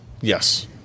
Yes